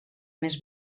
més